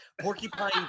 porcupine